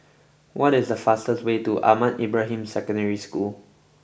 what is the fastest way to Ahmad Ibrahim Secondary School